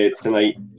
tonight